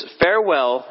farewell